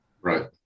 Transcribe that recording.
Right